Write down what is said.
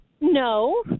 No